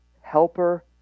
helper